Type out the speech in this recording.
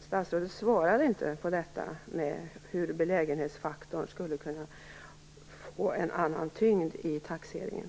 Statsrådet svarade inte på frågan om hur belägenhetsfaktorn skulle kunna få en annan tyngd i taxeringen.